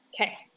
okay